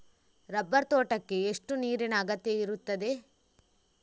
Rubber ತೋಟಕ್ಕೆ ಎಷ್ಟು ನೀರಿನ ಅಗತ್ಯ ಇರುತ್ತದೆ?